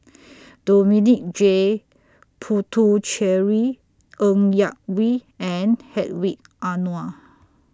Dominic J Puthucheary Ng Yak Whee and Hedwig Anuar